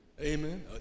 Amen